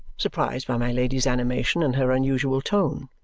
surprised by my lady's animation and her unusual tone.